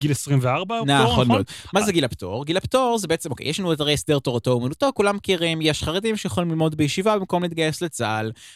גיל 24, נכון מאד, מה זה גיל הפטור? גיל הפטור זה בעצם אוקיי, יש לנו את הרי הסדר "תורתו-אומנותו", כולם מכירים, יש חרדים שיכולים ללמוד בישיבה במקום להתגייס לצה"ל.